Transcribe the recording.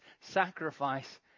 sacrifice